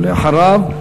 ואחריו,